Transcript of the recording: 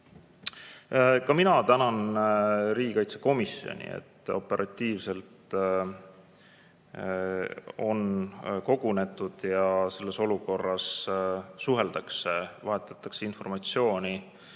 mina tänan riigikaitsekomisjoni, et operatiivselt on kogunetud ja selles olukorras suheldakse, vahetatakse informatsiooni,